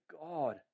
God